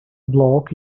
block